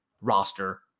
roster